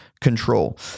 control